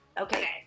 Okay